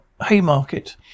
Haymarket